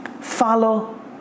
follow